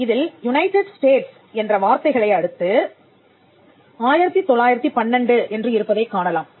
இதில் United States என்ற வார்த்தைகளை அடுத்து 1912 என்று இருப்பதைக் காணலாம்